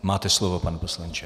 Máte slovo, pane poslanče.